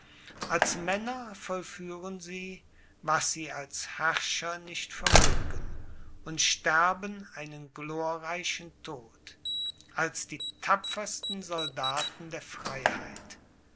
als männer vollführen sie was sie als herrscher nicht vermögen und sterben einen glorreichen tod als die tapfersten soldaten der freiheit